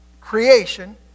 creation